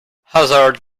hazard